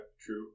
true